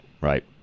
Right